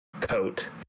coat